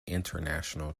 international